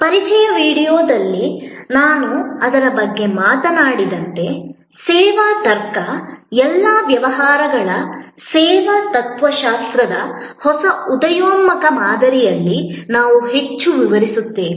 ಪರಿಚಯ ವೀಡಿಯೊದಲ್ಲಿ ನಾನು ಅದರ ಬಗ್ಗೆ ಮಾತನಾಡಿದಂತೆ ಸೇವಾ ತರ್ಕ ಎಲ್ಲಾ ವ್ಯವಹಾರಗಳ ಸೇವಾ ತತ್ತ್ವಶಾಸ್ತ್ರದ ಹೊಸ ಉದಯೋನ್ಮುಖ ಮಾದರಿಯಲ್ಲಿ ನಾವು ಹೆಚ್ಚು ವಿಸ್ತರಿಸುತ್ತೇವೆ